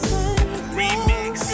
Remix